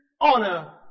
honor